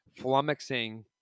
flummoxing